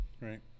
Right